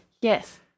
Yes